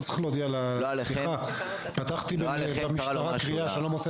סעיף (ג) שהופך עכשיו לסעיף (ב): "נבצר מרופא מומחה שנתן